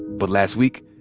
but last week,